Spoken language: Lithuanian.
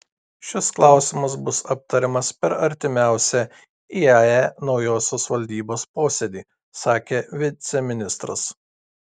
šis klausimas bus aptariamas per artimiausią iae naujosios valdybos posėdį sakė viceministras